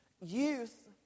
Youth